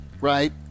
right